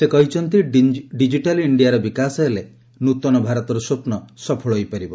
ସେ କହିଛନ୍ତି ଡିଜିଟାଲ ଇଣ୍ଡିଆର ବିକାଶ ହେଲେ ନ୍ନତନ ଭାରତର ସ୍ୱପ୍ନ ସଫଳ ହୋଇପାରିବ